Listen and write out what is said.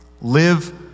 live